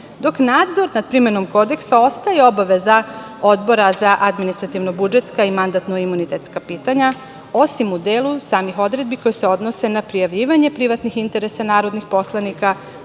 dok nadzor nad primenom Kodeksa ostaje obaveza Odbora za administrativno-budžetska i mandatno-imunitetska pitanja, osim u delu samih odredbi koje se odnose na prijavljivanje privatnih interesa narodnih poslanika,